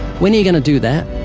when are you going to do that?